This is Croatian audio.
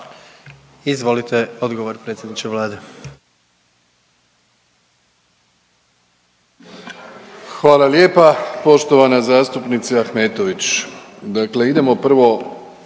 Izvolite dogovor predsjedniče Vlade.